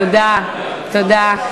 תודה, תודה.